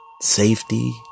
safety